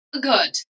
Good